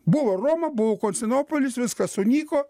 buvo roma buvo konstinopolis viskas sunyko